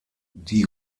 die